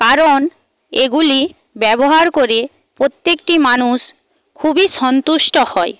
কারণ এগুলি ব্যবহার করে প্রত্যেকটি মানুষ খুবই সন্তুষ্ট হয়